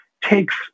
takes